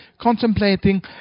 contemplating